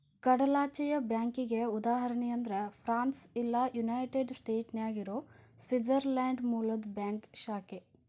ಕಡಲಾಚೆಯ ಬ್ಯಾಂಕಿಗಿ ಉದಾಹರಣಿ ಅಂದ್ರ ಫ್ರಾನ್ಸ್ ಇಲ್ಲಾ ಯುನೈಟೆಡ್ ಸ್ಟೇಟ್ನ್ಯಾಗ್ ಇರೊ ಸ್ವಿಟ್ಜರ್ಲ್ಯಾಂಡ್ ಮೂಲದ್ ಬ್ಯಾಂಕ್ ಶಾಖೆ